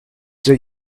that